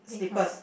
red color